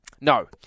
No